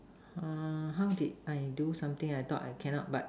uh how did I do something I thought I cannot but